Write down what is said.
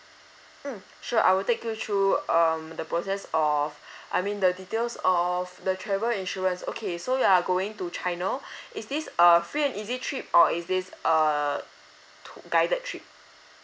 mm sure I will take you through um the process of I mean the details of the travel insurance okay so you are going to china is this err free and easy trip or is this a to~ guided trip